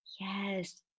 Yes